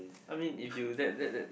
I mean if you that that that